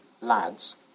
lads